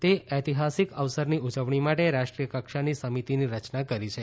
તે ઐતિહાસીક અવસરની ઉજવણી માટે રાષ્ટ્રીય કક્ષાની સમિતિની રચના કરી છે